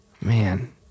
man